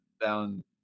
down